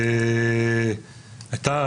הייתה